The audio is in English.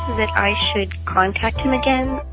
that i should contact him again?